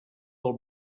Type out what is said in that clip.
del